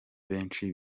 benshi